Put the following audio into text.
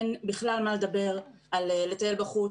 אין בכלל מה לדבר על לטייל בחוץ,